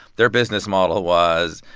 their business model was,